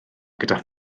gyda